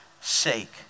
sake